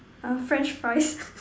!huh! French fries